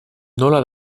nola